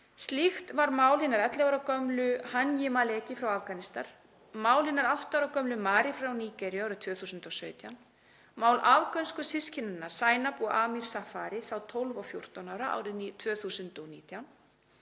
Slíkt var mál hinnar 11 ára gömlu Hanyie Maleki frá Afganistan, mál hinnar 8 ára gömlu Mary frá Nígeríu árið 2017, mál afgönsku systkinanna Zainab og Amir Safari, þá 12 og 14 ára, árið 2019